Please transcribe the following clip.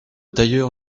tailleur